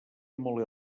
molt